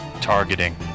targeting